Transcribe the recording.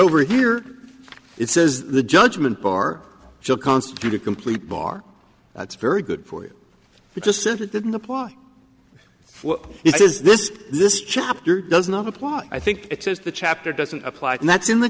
over here it says the judgment bar joke constitute a complete bar that's very good for you but just since it didn't apply is this this chapter does not apply i think it says the chapter doesn't apply and that's in the